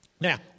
Now